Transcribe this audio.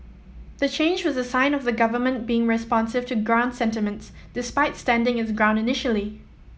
the change was a sign of the government being responsive to ground sentiments despite standing its ground initially